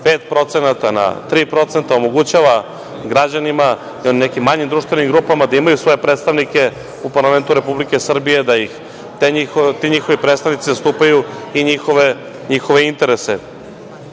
5% na 3%, omogućava građanima i nekim manjim društvenim grupama da imaju svoje predstavnike u parlamentu Republike Srbije, da ti njihovi predstavnici zastupaju i njihove interese. Samim